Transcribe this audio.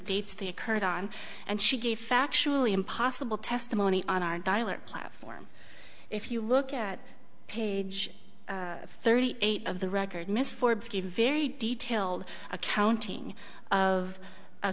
dates they occurred on and she gave factually impossible testimony on our dialer platform if you look at page thirty eight of the record miss forbes gave a very detailed accounting of a